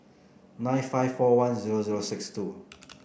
nine five four one zero zero six two